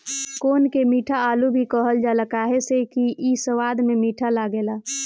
कोन के मीठा आलू भी कहल जाला काहे से कि इ स्वाद में मीठ लागेला